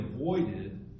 avoided